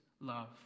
love